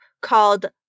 called